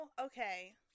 okay